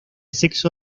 sexo